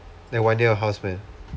then one year house man